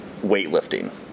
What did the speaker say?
weightlifting